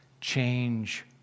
Change